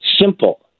Simple